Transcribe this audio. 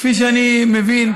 וכפי שאני מבין,